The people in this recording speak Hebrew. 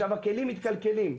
הכלים מתקלקלים.